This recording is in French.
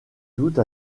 doute